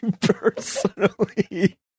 personally